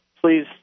please